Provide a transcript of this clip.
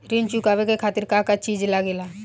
ऋण चुकावे के खातिर का का चिज लागेला?